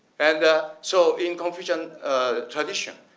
and so in confucian tradition,